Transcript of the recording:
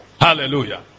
Hallelujah